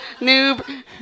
noob